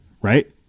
right